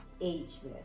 ageless